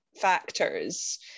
factors